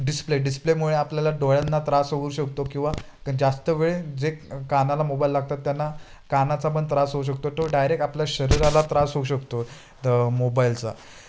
display डिस्प्लेमुळे आपल्याला डोळ्यांना त्रास होऊ शकतो किंवा जास्त वेळ जे कानाला मोबाईल लागतात त्यांना कानाचा पण त्रास होऊ शकतो तो डायरेक्ट आपल्या शरीराला त्रास होऊ शकतो द मोबाईलचा